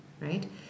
Right